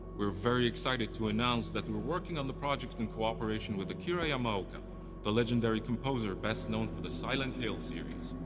we're very excited to announce that we're working on the project in cooperation with akira yamaoka the legendary composer best known for the silent hill series.